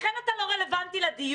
לכן אתה לא רלוונטי לדיון.